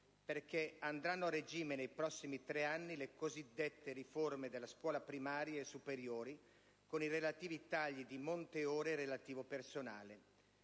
perché andranno a regime nei prossimi tre anni le cosiddette riforme della scuola primaria e superiore, con i relativi tagli di monte ore e relativo personale.